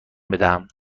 بدهم